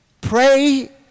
Pray